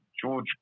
George